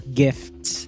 gifts